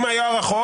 אם היו ארכות